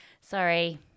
Sorry